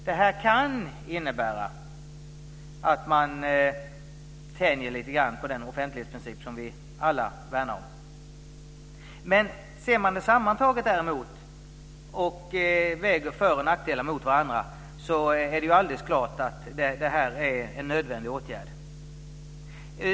Det kan innebära att man tänjer lite grann på den offentlighetsprincip som vi alla värnar om. Ser man det däremot sammantaget och väger för och nackdelar mot varandra är det alldeles klart att det är en nödvändig åtgärd.